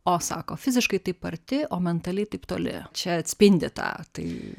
o sako fiziškai taip arti o mentaliai taip toli čia atspindi tą tai